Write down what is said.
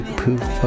poof